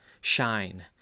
shine